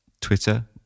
Twitter